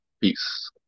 Peace